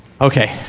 Okay